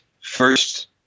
first